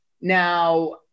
Now